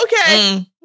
Okay